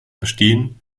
bestehen